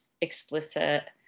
explicit